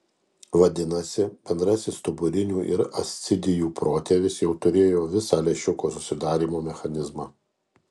vadinasi bendrasis stuburinių ir ascidijų protėvis jau turėjo visą lęšiuko susidarymo mechanizmą